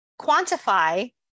quantify